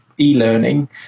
e-learning